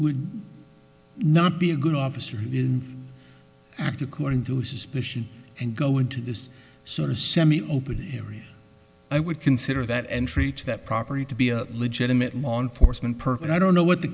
would not be a good officer in fact according to suspicion and go into this sort of a semi open area i would consider that entry to that property to be a legitimate law enforcement person i don't know what the